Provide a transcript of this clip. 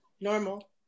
normal